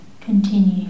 continue